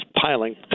piling